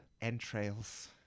Entrails